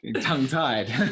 tongue-tied